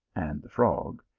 and the frog,